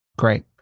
Great